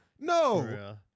no